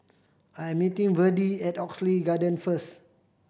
I'm meeting Verdie at Oxley Garden first